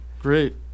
Great